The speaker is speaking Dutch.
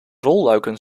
rolluiken